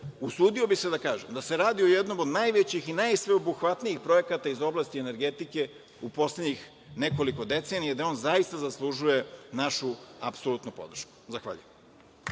usudio bih se da kažem da se radi o jednom od najvećih i najsveobuhvatnijih projekata iz oblasti energetike u poslednjih nekoliko decenija i da on zaista zaslužuje našu apsolutnu podršku. Zahvaljujem.